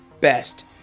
best